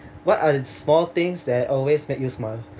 what are the small things that always make you smile